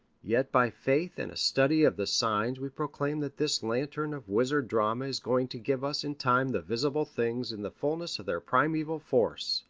yet by faith and a study of the signs we proclaim that this lantern of wizard-drama is going to give us in time the visible things in the fulness of their primeval force,